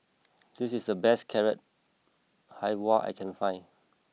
this is the best Carrot Halwa I can find